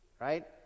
right